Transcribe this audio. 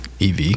EV